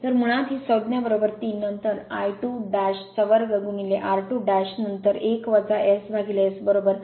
तर मुळात ही संज्ञा 3 नंतर I22 r2 नंतर 1 SS बरोबर